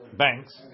banks